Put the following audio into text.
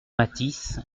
mathis